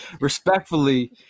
Respectfully